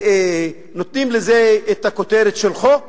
ונותנים לזה את הכותרת של חוק